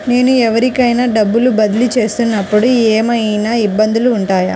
నేను ఎవరికైనా డబ్బులు బదిలీ చేస్తునపుడు ఏమయినా ఇబ్బందులు వుంటాయా?